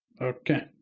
Okay